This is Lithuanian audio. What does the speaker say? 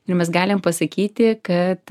ir mes galim pasakyti kad